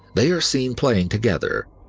they are seeing playing together,